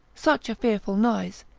such a fearful noise,